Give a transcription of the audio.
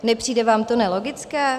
Nepřijde vám to nelogické?